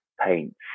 paints